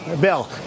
Bill